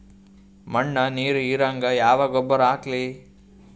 ಮಣ್ಣ ನೀರ ಹೀರಂಗ ಯಾ ಗೊಬ್ಬರ ಹಾಕ್ಲಿ?